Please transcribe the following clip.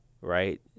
right